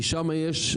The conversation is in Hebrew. כי שם יש,